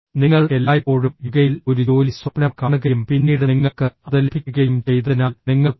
നിങ്ങൾ എല്ലായ്പ്പോഴും യുകെയിൽ ഒരു ജോലി സ്വപ്നം കാണുകയും പിന്നീട് നിങ്ങൾക്ക് അത് ലഭിക്കുകയും ചെയ്തതിനാൽ നിങ്ങൾ പോകുന്നു